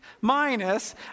minus